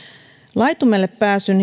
laitumelle pääsyn